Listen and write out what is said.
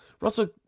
Russell